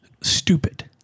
stupid